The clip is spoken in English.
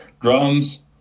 drums